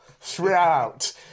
throughout